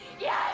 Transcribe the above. yes